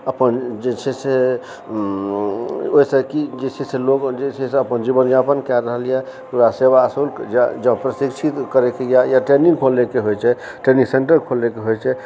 अपन जे छै से ओहिसँ कि जे छै से लोक जे छै से अपन जीवनयापन कए रहल यऽ ओकरा सेवा शुल्क जँ प्रशिक्षित करैके या ट्रेनिंग कॉलेजके होइ छै ट्रेनिंग सेंटर खोलैके होइ छै